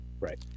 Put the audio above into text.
Right